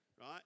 right